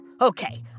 Okay